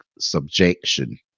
subjection